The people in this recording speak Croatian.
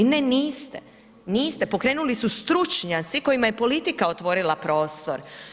Ne niste, pokrenuli su stručnjaci kojima je politika otvorila prostor.